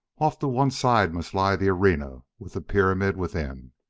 off to one side must lie the arena with the pyramid within.